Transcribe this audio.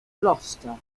gloucester